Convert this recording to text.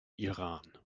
iran